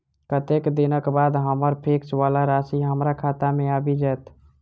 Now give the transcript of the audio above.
कत्तेक दिनक बाद हम्मर फिक्स वला राशि हमरा खाता मे आबि जैत?